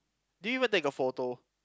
do you even take a photo